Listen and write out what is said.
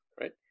right